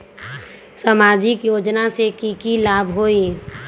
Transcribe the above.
सामाजिक योजना से की की लाभ होई?